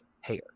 hair